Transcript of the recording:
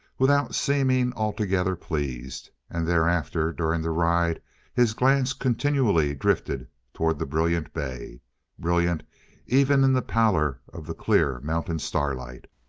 without seeming altogether pleased. and thereafter during the ride his glance continually drifted toward the brilliant bay brilliant even in the pallor of the clear mountain starlight.